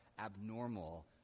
Abnormal